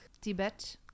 tibet